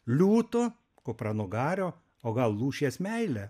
liūto kupranugario o gal lūšies meile